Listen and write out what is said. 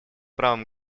правом